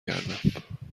کردم